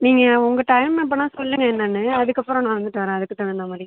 நீங்கள் உங்கள் டைம் அப்படின்னா சொல்லுங்கள் என்னென்னு அதுக்கப்புறம் நான் வந்து தரேன் அதுக்குத் தகுந்த மாதிரி